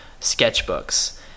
sketchbooks